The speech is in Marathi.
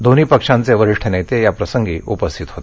दोन्ही पक्षांचे वरिष्ठ नेते याप्रसंगी उपस्थित होते